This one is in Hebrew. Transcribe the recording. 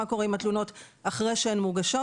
מה קורה עם התלונות אחרי שהן מוגשות.